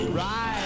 right